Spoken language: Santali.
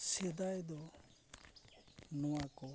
ᱥᱮᱫᱟᱭ ᱫᱚ ᱱᱚᱣᱟ ᱠᱚ